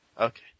Okay